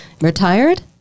Retired